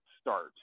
start